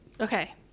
Okay